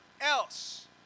else